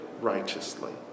righteously